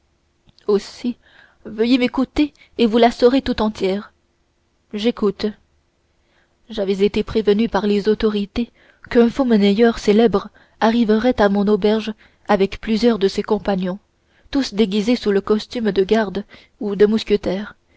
aussi veuillez m'écouter et vous la saurez tout entière j'écoute j'avais été prévenu par les autorités qu'un faux monnayeur célèbre arriverait à mon auberge avec plusieurs de ses compagnons tous déguisés sous le costume de gardes ou de mousquetaires